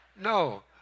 No